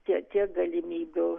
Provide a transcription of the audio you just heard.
tie tiek galimybių